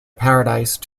paradise